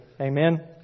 Amen